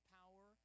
power